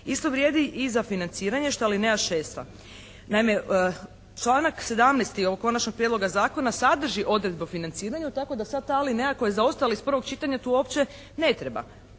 Isto vrijedi i za financiranje što je alineja šesta. Naime, članak 17. ovog Konačnog prijedloga zakona sadrži odredbe o financiranju tako da sad ta alineja koja je zaostala iz prvog čitanja tu uopće ne treba.